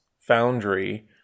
foundry